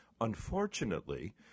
Unfortunately